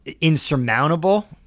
insurmountable